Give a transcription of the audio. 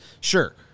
Sure